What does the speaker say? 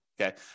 Okay